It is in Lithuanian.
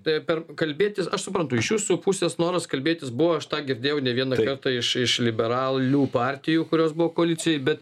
taip kalbėtis aš suprantu iš jūsų pusės noras kalbėtis buvo aš tą girdėjau nė vienoje iš iš liberalių partijų kurios buvo koalicijoj bet